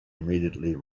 immediately